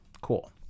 Cool